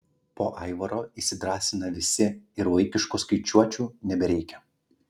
po aivaro įsidrąsina visi ir vaikiškų skaičiuočių nebereikia